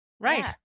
right